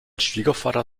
schwiegervater